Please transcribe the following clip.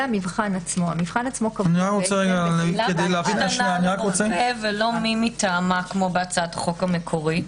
למה לא מי מטעמה, כמו בהצעת החוק המקורית?